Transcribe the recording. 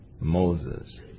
Moses